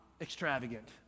extravagant